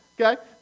okay